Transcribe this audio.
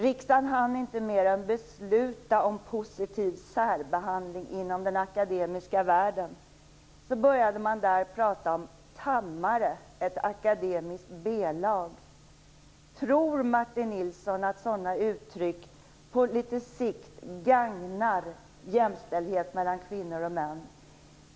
Riksdagen hann inte mer än besluta om positiv särbehandling inom den akademiska världen innan man började prata om "Tham-are", ett akademiskt b-lag. Tror Martin Nilsson att sådana uttryck på litet sikt gagnar jämställdhet mellan kvinnor och män?